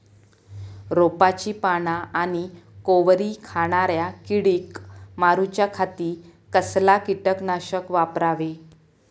रोपाची पाना आनी कोवरी खाणाऱ्या किडीक मारूच्या खाती कसला किटकनाशक वापरावे?